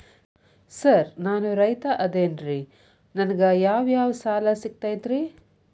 Sir ನಾನು ರೈತ ಅದೆನ್ರಿ ನನಗ ಯಾವ್ ಯಾವ್ ಸಾಲಾ ಸಿಗ್ತೈತ್ರಿ?